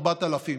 4,000,